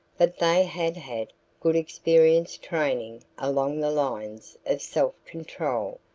but they had had good experience-training along the lines of self-control,